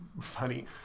funny